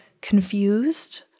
confused